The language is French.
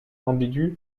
ambiguë